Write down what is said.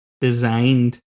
designed